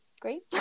great